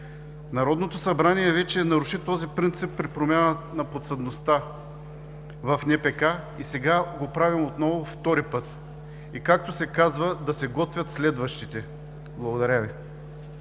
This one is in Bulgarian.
Народното събрание вече наруши този принцип при промяна на подсъдността в НПК и сега го правим отново втори път, и както се казва: да се готвят следващите. Благодаря Ви.